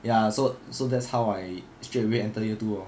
ya so so that's how I straight away entered year two lor